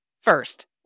First